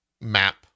map